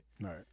Right